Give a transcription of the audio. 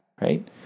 Right